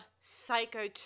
Psycho